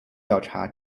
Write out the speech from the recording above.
调查